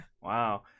Wow